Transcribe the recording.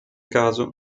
caso